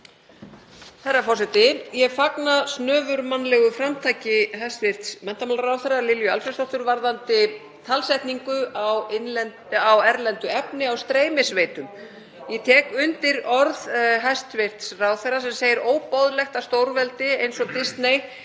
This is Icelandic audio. Herra forseti. Ég fagna snöfurmannlegu framtaki hæstv. menntamálaráðherra Lilju Alfreðsdóttur varðandi talsetningu á erlendu efni á streymisveitum. Ég tek undir orð hæstv. ráðherra sem segir óboðlegt að stórveldi eins og Disney